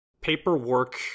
paperwork